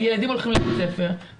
הילדים הולכים לבית הספר,